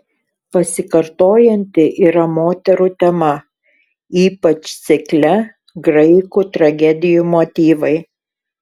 pasikartojanti yra moterų tema ypač cikle graikų tragedijų motyvai